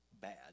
bad